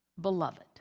beloved